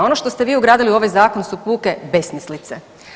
Ono što ste vi ugradili u ovaj zakon su puke besmislice.